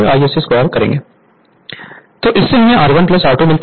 तो इससे हमें R1 R2 मिलता है